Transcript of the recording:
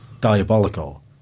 diabolical